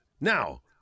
now